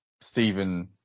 Stephen